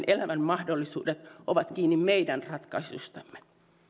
elämän mahdollisuudet ovat kiinni meidän ratkaisuistamme